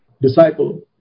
Disciple